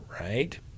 right